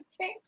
Okay